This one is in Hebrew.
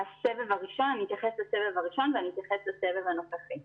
אני אתייחס לסבב הראשון ואני אתייחס לסבב הנוכחי.